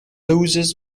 losses